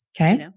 Okay